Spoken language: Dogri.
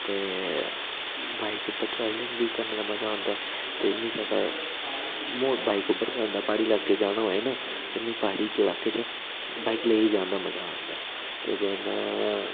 ते बाइक उपर ट्रैवलिंग बी करने दा मजा आंदा ते मिगी ज्यादा म्हौल बाइक उप्पर गै आंदा प्हाड़ी इलाके जाना होऐ न ते मिगी प्हाड़ी इलाके च बाइक लेइयै जान दा मजा आंदा ऐ ते जे में